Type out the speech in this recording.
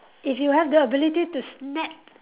if you have the ability to snap